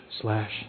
slash